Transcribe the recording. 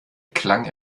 klang